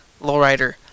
lowrider